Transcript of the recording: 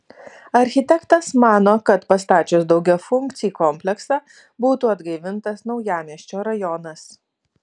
architektas mano kad pastačius daugiafunkcį kompleksą būtų atgaivintas naujamiesčio rajonas